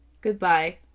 Goodbye